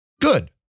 good